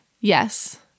Yes